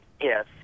yes